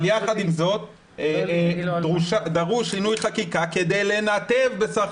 אבל יחד עם זאת דרוש שינוי חקיקה כדי לנתב בסך